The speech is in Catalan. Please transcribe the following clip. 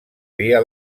via